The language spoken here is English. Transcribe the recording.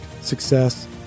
success